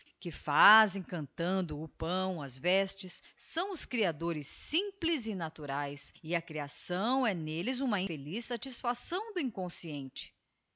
qu fazem cantando o pão as vestes são os creadores simples e naturaes e a creação é n'elles uma feliz satisfação do inconsciente